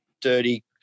dirty